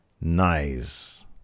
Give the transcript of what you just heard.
nice